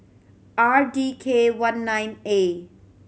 R D K one nine A